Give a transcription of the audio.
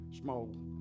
small